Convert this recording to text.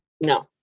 no